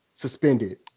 Suspended